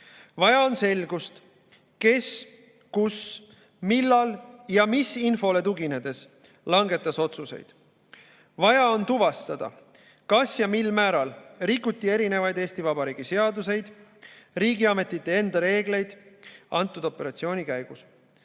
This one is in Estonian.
Vaja on selgust, kes, kus, millal ja mis infole tuginedes langetas otsuseid. Vaja on tuvastada, kas ja mil määral rikuti Eesti Vabariigi seaduseid või riigiametite enda reegleid antud operatsiooni käigus.